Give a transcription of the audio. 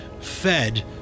fed